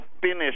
finish